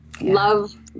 Love